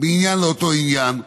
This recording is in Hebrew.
מעניין לעניין באותו עניין.